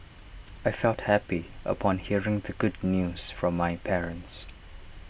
I felt happy upon hearing the good news from my parents